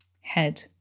head